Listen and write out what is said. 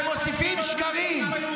ומוסיפים שקרים.